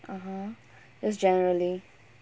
(uh huh) it's generally